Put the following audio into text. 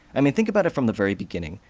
i mean, think about it from the very beginning,